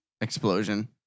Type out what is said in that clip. explosion